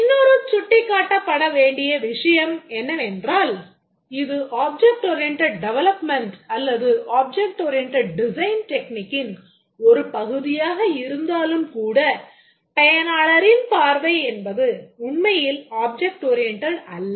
இன்னொரு சுட்டிக்காட்டப்பட வேண்டிய விஷயம் என்னவென்றால் இது object oriented டெவலப்மென்ட் அல்லது object oriented design technique ன் ஒரு பகுதியாக இருந்தாலும் கூட பயனாளரின் பார்வை என்பது உண்மையில் object oriented அல்ல